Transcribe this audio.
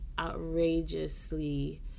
outrageously